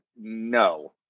no